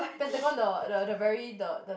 Pentagon the the the very the the